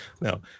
Now